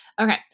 okay